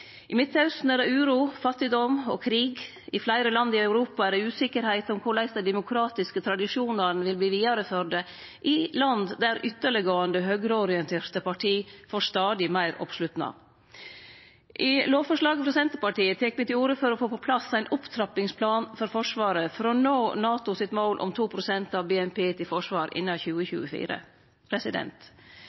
I Midtausten er det uro, fattigdom og krig, og i fleire land i Europa er det usikkerheit om korleis dei demokratiske tradisjonane vil verte førte vidare i land der ytterleggåande, høgreorienterte parti får stadig meir oppslutnad. I forslaget frå Senterpartiet tek me til orde for å få på plass ein opptrappingsplan for Forsvaret for å nå NATOs mål om 2 pst. av BNP til forsvar innan 2024.